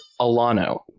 Alano